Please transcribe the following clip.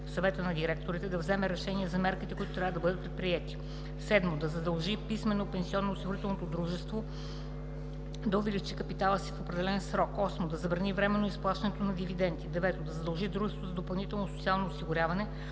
(Съвета на директорите) за вземане на решение за мерките, които трябва да бъдат предприети; 7. да задължи писмено пенсионноосигурителното дружество да увеличи капитала си в определен срок; 8. да забрани временно изплащането на дивиденти; 9. да задължи дружеството за допълнително социално осигуряване